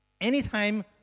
Anytime